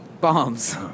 bombs